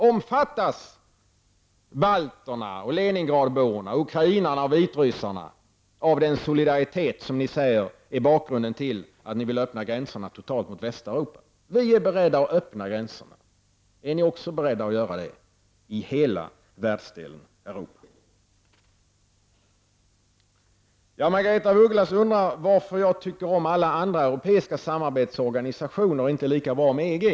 Omfattas balterna, leningradborna, ukrainarna och vitryssarna av den solidaritet som ni säger är bakgrunden till att ni vill öppna gränserna totalt mot Västeuropa? Vi är beredda att öppna gränserna. Är ni också beredda att göra det i hela världsdelen Europa? Margaretha af Ugglas undrar varför jag tycker om alla andra europeiska samarbetsorganisationer och inte lika bra om EG.